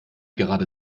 gerade